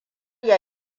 ya